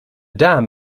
dam